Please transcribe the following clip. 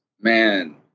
man